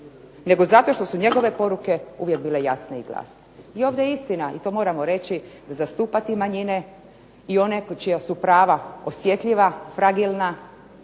nego zato što su njegove poruke uvijek bile jasne i glasne. I ovdje je istina i to moramo reći, zastupati manjine i one čija su prava osjetljiva, fragilna